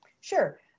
Sure